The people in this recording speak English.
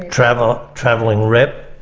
travelling travelling rep,